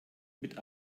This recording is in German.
mit